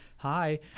hi